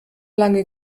lange